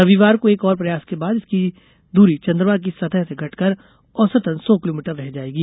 रविवार को एक और प्रयास के बाद इसकी दूरी चन्द्रमा की सतह से घटकर औसतन सौ किलोमीटर रह जायेगी